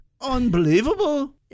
Unbelievable